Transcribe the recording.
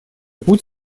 путь